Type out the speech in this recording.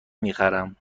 میخرم